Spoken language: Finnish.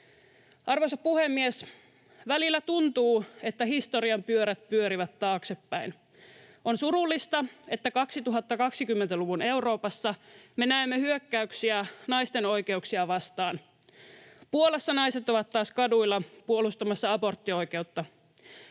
Arvoisa puhemies! Välillä tuntuu, että historian pyörät pyörivät taaksepäin. On surullista, että 2020-luvun Euroopassa me näemme hyökkäyksiä naisten oikeuksia vastaan: Puolassa naiset ovat taas kaduilla puolustamassa aborttioikeutta.